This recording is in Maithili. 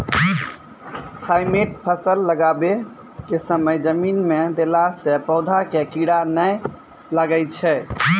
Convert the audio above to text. थाईमैट फ़सल लगाबै के समय जमीन मे देला से पौधा मे कीड़ा नैय लागै छै?